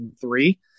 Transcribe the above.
three